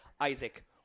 isaac